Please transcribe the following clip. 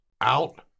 out